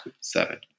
seven